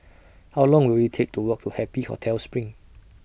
How Long Will IT Take to Walk to Happy Hotel SPRING